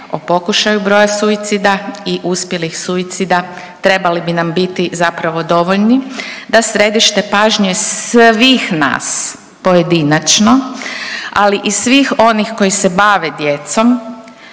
o pokušaju broja suicida i uspjelih suicida trebali bi nam biti zapravo dovoljni da središte pažnje svih nas pojedinačno, ali i svih onih koji se bave djecom